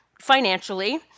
financially